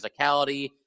physicality